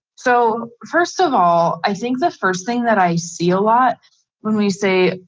so first of all, i think the first thing that i see a lot when we say,